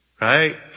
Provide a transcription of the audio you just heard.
right